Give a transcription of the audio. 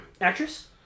actress